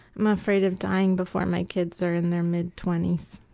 i'm afraid of dying before my kids are in their mid twenties.